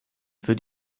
für